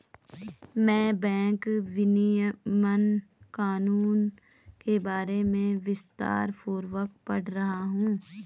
मैं बैंक विनियमन कानून के बारे में विस्तारपूर्वक पढ़ रहा हूं